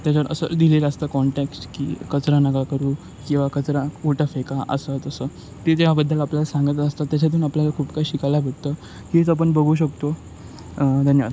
त्याच्यावर असं दिलेलं असं कॉन्टॅक्ट्स् की कचरा नका करू किंवा कचरा कोरडा फेका असं तसं ते ज्याबद्दल आपल्याला सांगत असतं त्याच्यातून आपल्याला खूप काही शिकायला भेटतं हेच आपण बघू शकतो धन्यवाद